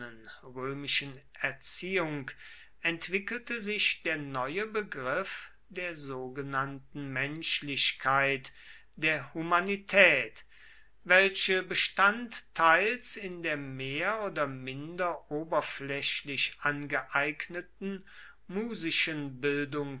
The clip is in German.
römischen erziehung entwickelte sich der neue begriff der sogenannten menschlichkeit der humanität welche bestand teils in der mehr oder minder oberflächlich angeeigneten musischen bildung